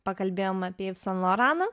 pakalbėjome apie iv san loraną